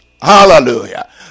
Hallelujah